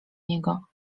niego